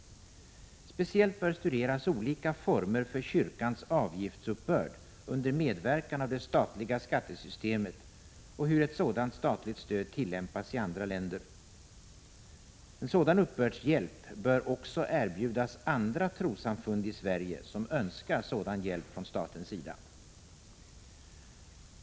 Speciellt bör studeras olika former för kyrkans avgiftsuppbörd under = Prot. 1986/87:36 medverkan av det statliga skattesystemet och hur ett sådant statligt stöd 26 november 1986 tillämpas i andra länder. En sådan uppbördshjälp bör också erbjudas andra = Tmoorodmore trossamfund i Sverige som önskar sådan hjälp från statens sida.